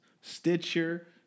Stitcher